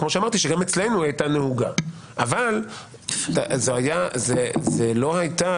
כמו שאמרתי שגם אצלנו היא הייתה נהוגה אבל זאת לא הייתה